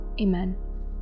Amen